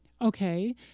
Okay